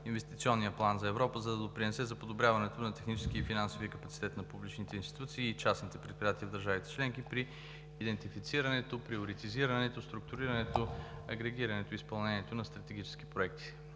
Инвестиционния план за Европа, за да допринесе за подобряването на техническия и финансовия капацитет на публичните институции и частните предприятия в държавите членки при идентифицирането, приоритизирането, структурирането, агрегирането и изпълнението на стратегически проекти.